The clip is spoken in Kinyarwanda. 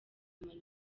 amanota